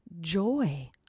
joy